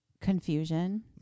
confusion